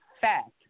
fact